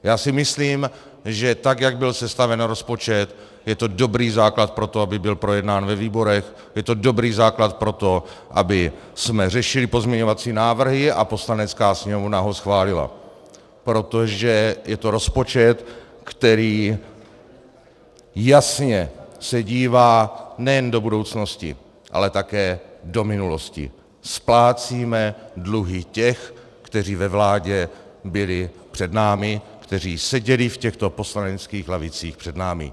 Já si myslím, že tak jak byl sestaven rozpočet, je to dobrý základ pro to, aby byl projednán ve výborech, je to dobrý základ pro to, abychom řešili pozměňovací návrhy a Poslanecká sněmovna ho schválila, protože je to rozpočet, který jasně se dívá nejen do budoucnosti, ale také do minulosti: splácíme dluhy těch, kteří ve vládě byli před námi, kteří seděli v těchto poslaneckých lavicích před námi.